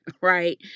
right